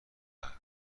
کنه